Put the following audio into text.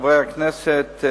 חברי הכנסת,